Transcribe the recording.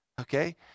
Okay